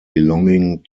belonging